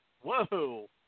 Whoa